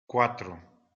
cuatro